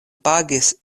pagis